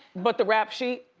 but the rap sheet.